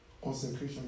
Consecration